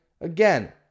again